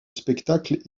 spectacles